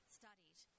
studied